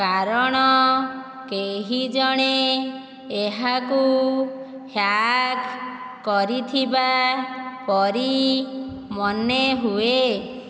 କାରଣ କେହିଜଣେ ଏହାକୁ ହ୍ୟାକ କରିଥିବା ପରି ମନେହୁଏ